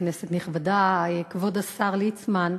כנסת נכבדה, כבוד השר ליצמן,